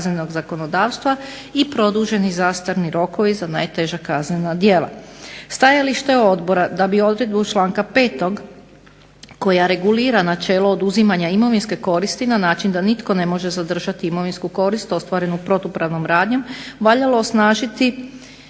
kaznenog zakonodavstva i produženi zastarni rokovi za najteža kaznena djela. Stajalište je odbora da bi odredbu članka 5. koja regulira načelo oduzimanja imovinske koristi na način da nitko ne može zadržati imovinsku korist ostvarenu protupravnom radnjom valjalo osnažiti